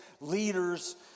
leaders